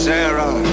Sarah